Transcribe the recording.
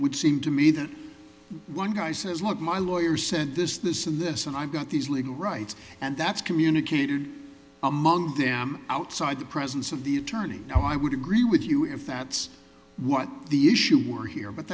would seem to me that one guy says look my lawyer sent this this and this and i've got these legal rights and that's communicated among them outside the presence of the attorney no i would agree with you if that's what the issue were here but